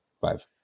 five